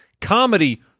comedy